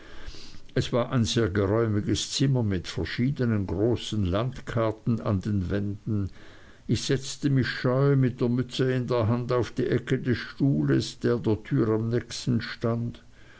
es war ein sehr geräumiges zimmer mit verschiedenen großen landkarten an den wänden ich setzte mich scheu mit der mütze in der hand auf die ecke des stuhles der der tür am nächsten stand